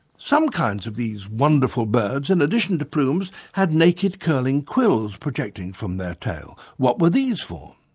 some kinds of these wonderful birds, in addition to plumes, had naked curling quills projecting from their tails. what were these for?